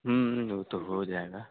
वह तो हो जाएगा